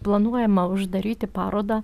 planuojama uždaryti parodą